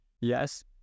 yes